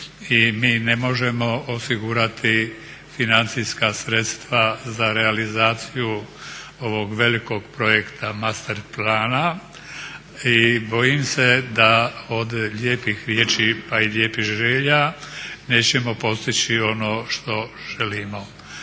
i mi ne možemo osigurati financijska sredstva za realizaciju ovog velikog projekta, master plana i bojim se da od lijepih riječi, pa i lijepih želja nećemo postići ono što želimo.